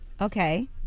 okay